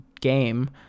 game